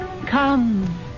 Come